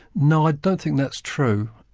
no, i don't think that's true.